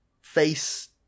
face